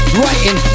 writing